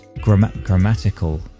grammatical